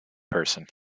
person